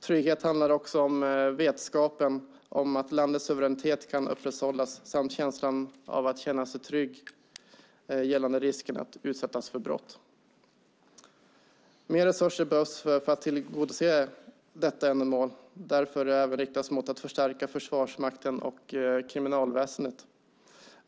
Trygghet handlar också om vetskapen att landets suveränitet kan upprätthållas samt om känslan att känna sig trygg gällande risken att utsättas för brott. Mer resurser behövs för att tillgodose detta ändamål varför de även riktas mot att förstärka Försvarsmakten och kriminalväsendet.